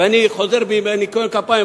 ואני חוזר בי מ"ניקיון כפיים",